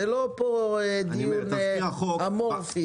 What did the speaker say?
זה לא דיון אמורפי.